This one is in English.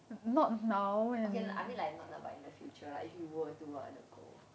okay lah I mean like not now lah but I mean in the future lah if you were to wanna go